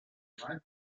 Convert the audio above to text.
him